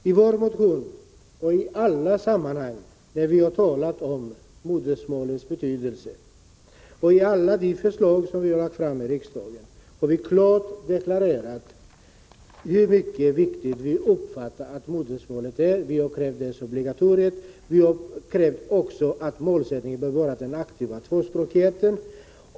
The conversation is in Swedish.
Herr talman! I alla sammanhang där vi har talat om modersmålets betydelse och i alla de förslag vi har lagt fram i riksdagen har vi klart deklarerat hur viktigt modersmålet enligt vår uppfattning är. Vi har dels krävt ett obligatorium, dels sagt att målsättningen bör vara den aktiva tvåspråkigheten.